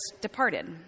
departed